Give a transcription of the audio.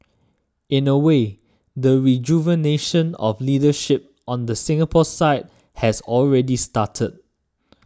in a way the rejuvenation of leadership on the Singapore side has already started